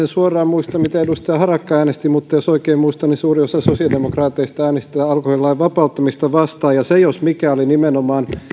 suoraan muista mitä edustaja harakka äänesti mutta jos oikein muistan suuri osa sosiaalidemokraateista äänesti alkoholilain vapauttamista vastaan ja se jos mikä oli nimenomaan